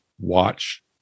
watch